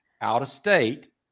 out-of-state